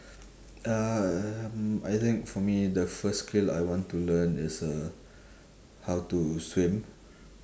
um I think for me the first skill I want to learn is uh how to swim